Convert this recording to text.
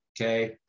Okay